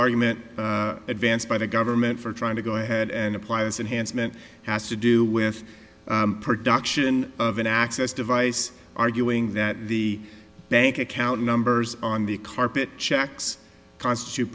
argument advanced by the government for trying to go ahead and apply its enhanced meant has to do with production of an access device arguing that the bank account numbers on the carpet checks constitute